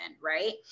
right